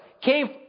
came